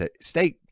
stay